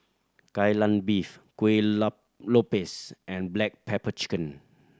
Kai Lan Beef kuih lopes and black pepper chicken